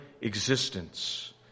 existence